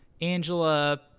Angela